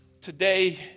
today